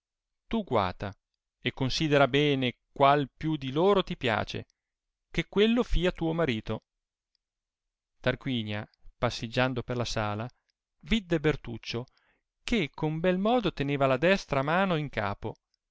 guata e considera bene qual più di loro ti piace che quello fia tuo marito tarquinia passiggiando per la sala vidde bertuccio che con bel modo teneva la destra mano in capo